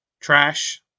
trash